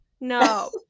no